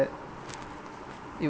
you